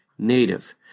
Native